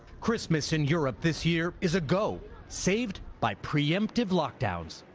christmas in europe this year is a go. saved by pre-emptive lockdowns.